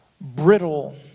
brittle